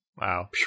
Wow